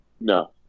No